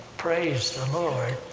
praise the lord!